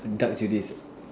dark Judaism